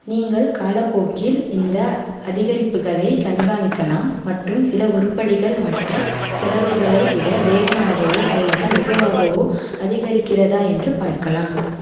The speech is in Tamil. நீங்கள் காலப்போக்கில் இந்த அதிகரிப்புகளைக் கண்காணிக்கலாம் மற்றும் சில உருப்படிகள் மற்ற செலவுகளை விட வேகமாகவோ அல்லது மெதுவாகவோ அதிகரிக்கிறதா என்று பார்க்கலாம்